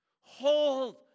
Hold